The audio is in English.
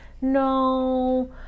No